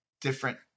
different